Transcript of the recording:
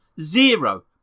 Zero